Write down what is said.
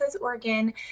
Oregon